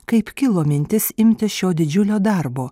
kaip kilo mintis imtis šio didžiulio darbo